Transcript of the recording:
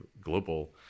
global